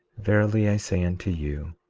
verily i say unto you,